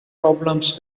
problems